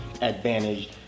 advantage